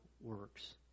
Works